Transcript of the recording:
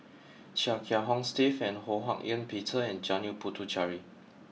Chia Kiah Hong Steve Ho Hak Ean Peter and Janil Puthucheary